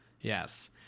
Yes